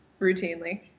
routinely